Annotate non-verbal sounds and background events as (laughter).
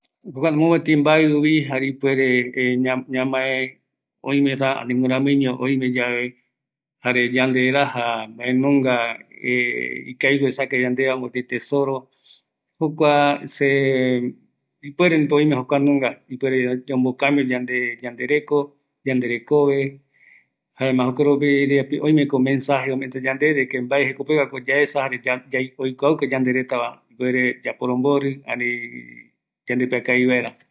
﻿Kuako mopetï mbaɨuvi, jare ipuere (hesitation) ñamae oimera ani guiramiiño, oimeyave jare yande reraj (hesitation) mbaenunfga (hesitation) ikavigue oesaka yande, mopeti tesoro, jokua se, ipuereviko oime jokua nunga, ipuerevi ombokambio yandereko, yanderekove, jaema jokoropi ropi oimeko mensaje, de que mbae jekopeguako yaesa, jare oikuauka yanderetava, ipuere yaporombori yandepiakavi vaera